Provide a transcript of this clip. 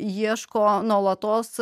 ieško nuolatos